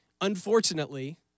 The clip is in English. Unfortunately